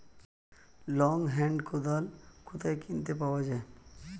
Long hand কোদাল কোথায় কিনতে পাওয়া যায়?